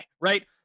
right